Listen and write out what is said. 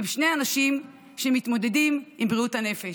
הם שני אנשים שמתמודדים עם בריאות הנפש,